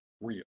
real